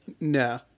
No